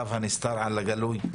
רב הנסתר על הגלוי.